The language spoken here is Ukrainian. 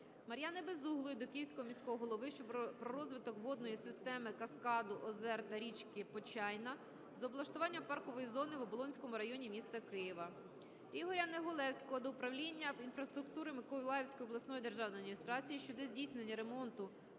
Мар'яни Безуглої до Київського міського голови про розвиток водної системи каскаду озер та річки Почайна з облаштуванням паркової зони в Оболонському районі міста Києва Ігоря Негулевського до Управління інфраструктури Миколаївської обласної державної адміністрації щодо здійснення ремонту